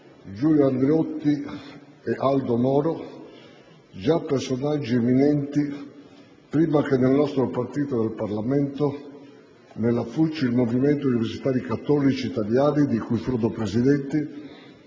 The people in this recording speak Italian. Giulio Andreotti e Aldo Moro, già personaggi eminenti, prima che nel nostro partito e nel Parlamento, nella FUCI, il movimento degli universitari cattolici italiani, di cui furono presidenti,